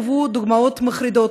הובאו דוגמאות מחרידות,